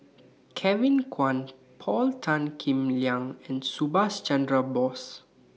Kevin Kwan Paul Tan Kim Liang and Subhas Chandra Bose